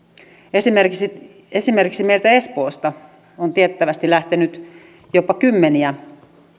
esimerkiksi esimerkiksi meiltä espoosta on tiettävästi lähtenyt jopa kymmeniä